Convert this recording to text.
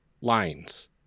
lines